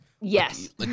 Yes